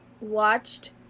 watched